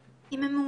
החולים.